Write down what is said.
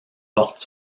porte